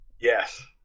Yes